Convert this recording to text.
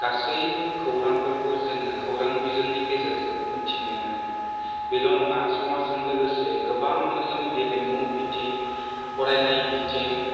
गासैबो खोरांफोरखौ जोङो खौरां बिजोंनि गेजेरजों मिन्थिनो मोनो बेल' नङा समाजजों लोगोसे गोबां रोखोम गेलेमु बिथिं फरायनाय बिथिं